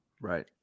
Right